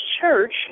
church